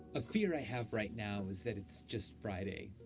a fear i have right now is that it's just friday